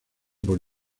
por